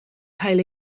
cael